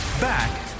Back